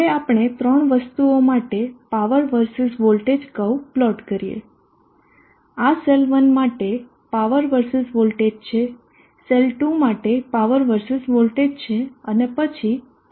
હવે આપણે ત્રણ વસ્તુઓ માટે power versus voltage curve plot કરીએ આ સેલ 1 માટે પાવર versus વોલ્ટેજ છે સેલ 2 માટે પાવર versus વોલ્ટેજ અને પછી કોમ્બિનેશન માટે છે